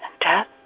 death